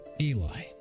Eli